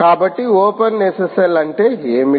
కాబట్టి ఓపెన్ఎస్ఎస్ఎల్ అంటే ఏమిటి